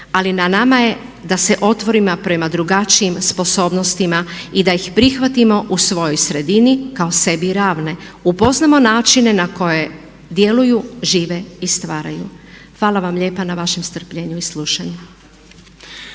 ali na nama je da se otvorimo prema drugačijima sposobnostima i da ih prihvatimo u svojoj sredini kao sebi ravne, upoznamo načine na koje djeluju, žive i stvaraju. Hvala vam lijepa na vašem strpljenju i slušanju.